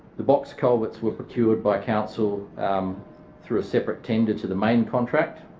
the box culverts were procured by council through a separate tender to the main contract.